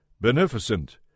beneficent